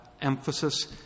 emphasis